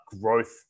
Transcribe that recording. growth